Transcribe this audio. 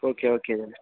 okay okay Dinesh